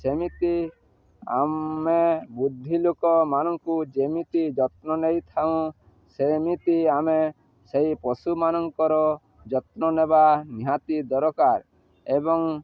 ସେମିତି ଆମେ ବୁଦ୍ଧି ଲୋକମାନଙ୍କୁ ଯେମିତି ଯତ୍ନ ନେଇଥାଉଁ ସେମିତି ଆମେ ସେଇ ପଶୁମାନଙ୍କର ଯତ୍ନ ନେବା ନିହାତି ଦରକାର ଏବଂ